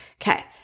okay